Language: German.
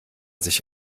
sich